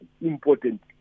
important